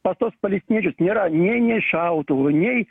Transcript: pas tuos palestiniečius nėra nei nė šautuvų nei